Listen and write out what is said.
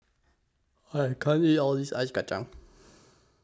I can't eat All This Ice Kacang